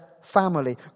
family